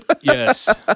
Yes